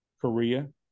Korea